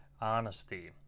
honesty